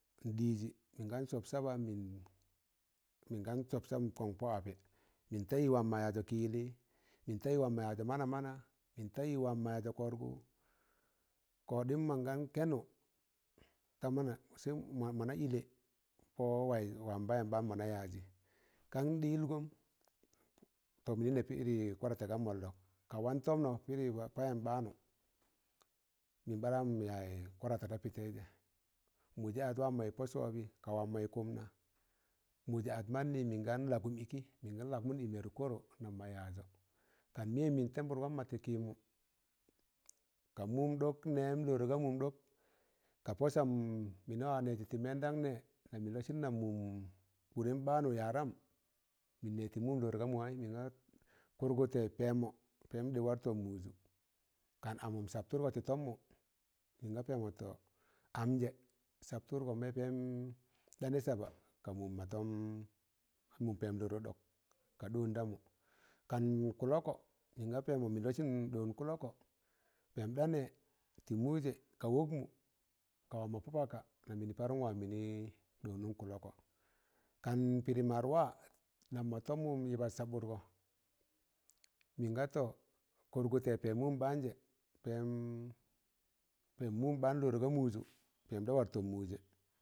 Ndịzị mịn gan sọb saban mịn gan sọb sam kọn pọ apẹ, mịn ta i wam mọ yajọ kị yịllị mịn ta i wam mọ yajọ mana mana, mịn ta i wam mọ yajọ kọrgụ, kọɗịm mọn gan kẹnụ ta mana sẹ mọna ịlẹ pọ wayịz wam ɓaan mọna yajị kan ɗị ilgọm tọ mịnẹ pịrị kwadaata ka mọllọ ka wan tọmnọ pịrị payam ɓaanụ mịn ɓa ɗam yaz kwadata ta pị taịzẹ mụ jẹ ad wam mọị pọ sobị, ka wam mọị kụmga mụjẹ ad mannị mịn gan lagụm ịkị, mịn gan lagmụn ị mẹruk korọ, nam mọ yazọ ka miyen mịn pumbụdgọm mọ tị kịịmụ, ka mụm ɗọk ka pọsam mịnị wa nẹjị tị mẹndam nẹ nammịn lọsịn nam mụm kụdẹm ɓaanụ yaadam, mịn nee ̣tị mụm rorọ ga mụ waị, mịn ga kụrgụtẹ pẹmọ pẹẹm ɗị wat tọm mụjụ, kan amụm sabtụrgọ tị tọmmụ mịn ga pẹmọ tọ amjẹ sabtudgo, ka pem kenu saba ka mụn ma toṃ mụm pẹm rọrọ, ɗọk ka ɗọọn damụ kanụ kọlọkọ, mịn ga pẹmọ mịn lọsịn ɗọọn kọlọkọ, pẹm ɗa nẹ tị mụ jẹ ka wọkmụ ka wam mọ pọpaka, nan mịnị parụm wan mịnị ɗọọnụm, kọlọkọ kan pịrị madwa, nam mọ tọm mụm yịbat sabụrgọ mịn ga tọ kụrgụtẹ pẹm mụm baan jẹ, pẹm pẹm mụm ɓaan rọrọ ga mụjụ pẹm da war tọm mụjẹ.